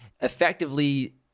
effectively